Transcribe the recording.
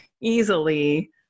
easily